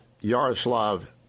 Yaroslav